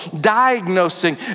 diagnosing